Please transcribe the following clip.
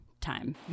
time